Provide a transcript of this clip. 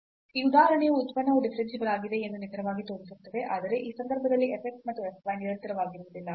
ಈ ಉದಾಹರಣೆಯು ಉತ್ಪನ್ನವು ಡಿಫರೆನ್ಸಿಬಲ್ ಆಗಿದೆ ಎಂದು ನಿಖರವಾಗಿ ತೋರಿಸುತ್ತದೆ ಆದರೆ ಈ ಸಂದರ್ಭದಲ್ಲಿ f x ಮತ್ತು f y ನಿರಂತರವಾಗಿರುವುದಿಲ್ಲ